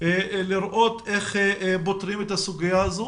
כדי לראות איך פותרים את הסוגיה הזאת.